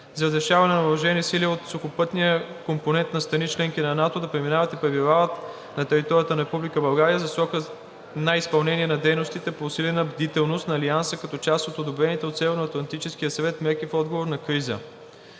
за разрешаване на въоръжени сили от сухопътния компонент на страни – членки на НАТО, да преминават и пребивават на територията на Република България за срока на изпълнение на дейностите по усилена бдителност на Алианса като част от одобрените от Северноатлантическия съвет мерки в отговор на криза.